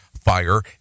fire